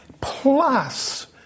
plus